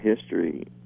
history